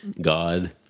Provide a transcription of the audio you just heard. God